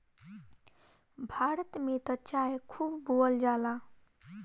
भारत में त चाय खूब बोअल जाला